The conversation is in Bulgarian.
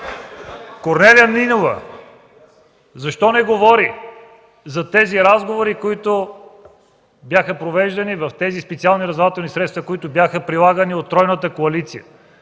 Корнелия Нинова защо не говори за тези разговори, които бяха провеждани в тези специални разузнавателни средства, които бяха прилагани от тройната коалиция,